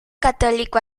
católico